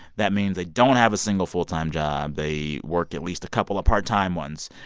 that means they don't have a single full-time job. they work at least a couple of part-time ones.